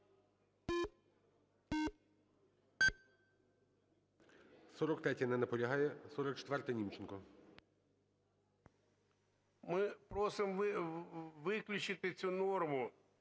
Ми просимо виключити цю норму,